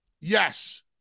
yes